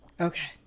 Okay